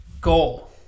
Goal